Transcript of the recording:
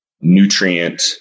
nutrient